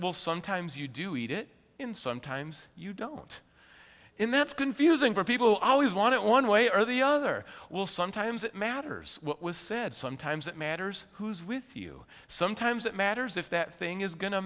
well sometimes you do eat it in sometimes you don't in that's confusing for people always want it one way or the other will sometimes it matters what was said sometimes it matters who's with you sometimes that matters if that thing is go